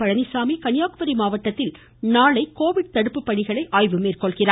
பழனிசாமி கன்னியாகுமரி மாவட்டத்தில் நாளை கோவிட் தடுப்பு பணிகளை ஆய்வு மேற்கொள்கிறார்